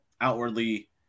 outwardly